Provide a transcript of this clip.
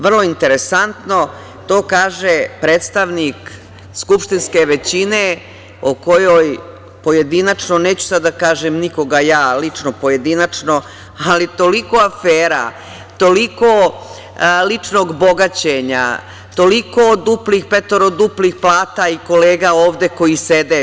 Vrlo interesantno, to kaže predstavnik skupštinske većine o kojoj pojedinačno, neću sad da kažem nikoga ja pojedinačno, lično ali toliko afera, toliko ličnog bogaćenja, toliko duplih, petoroduplih plata i kolega ovde koji sede.